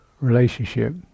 relationship